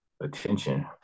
attention